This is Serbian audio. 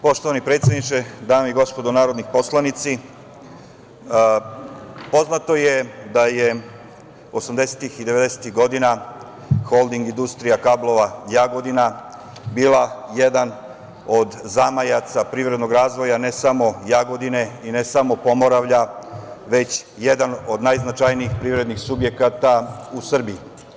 Poštovani predsedniče, dame i gospodo narodni poslanici, poznato je da je osamdesetih i devedesetih godina Holding industrija kablova - Jagodina bila jedan od zamajaca privrednog razvoja ne samo Jagodine i ne samo Pomoravlja, već jedan od najznačajnijih privrednih subjekata u Srbiji.